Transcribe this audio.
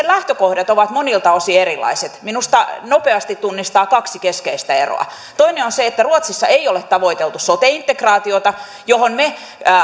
lähtökohdat ovat monilta osin erilaiset minusta nopeasti tunnistaa kaksi keskeistä eroa toinen on se että ruotsissa ei ole tavoiteltu sote integraatiota johon me